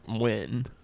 win